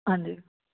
ਹਾਂਜੀ